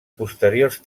posteriors